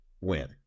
win